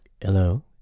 Hello